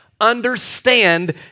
understand